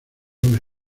una